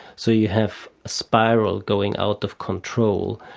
so you have a spiral going out of control,